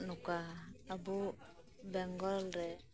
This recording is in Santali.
ᱱᱚᱠᱟ ᱟᱵᱩ ᱵᱮᱝᱜᱚᱞ ᱨᱮ